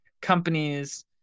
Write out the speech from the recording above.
companies